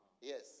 Yes